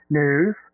news